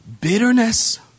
Bitterness